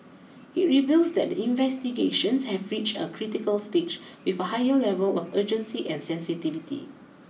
it reveals that the investigations have reached a critical stage with a higher level of urgency and sensitivity